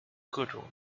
各种